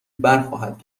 برخواهد